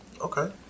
Okay